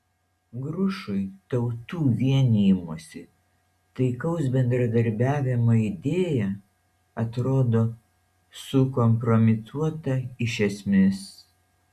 grušui tautų vienijimosi taikaus bendradarbiavimo idėja atrodo sukompromituota iš esmės